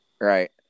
Right